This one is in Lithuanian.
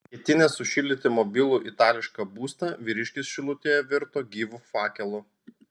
ketinęs sušildyti mobilų itališką būstą vyriškis šilutėje virto gyvu fakelu